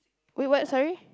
wait what sorry